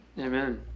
Amen